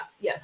yes